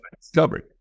discovered